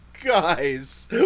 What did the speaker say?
Guys